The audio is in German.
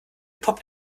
poppt